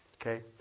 Okay